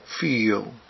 feel